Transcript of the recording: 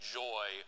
joy